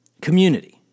community